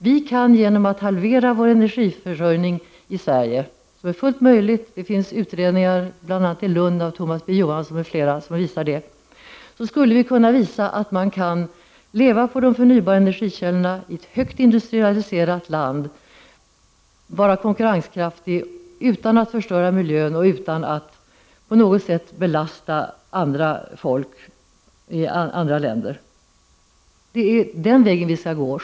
Vi kan i Sverige genom att halvera vår energiförsörjning — vilket är fullt möjligt, det finns utredningar i Lund av bl.a. Thomas B. Johansson m.fl. som visar detta — visa att man i ett högt industrialiserat land kan leva på de förnybara energikällorna och vara konkurrenskraftig utan att förstöra miljön och på något sätt belasta människor i andra länder. Det är den vägen vi skall gå.